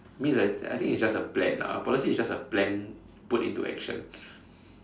mean I I think it's just a plan lah a policy is just a plan put into action